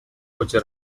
ходе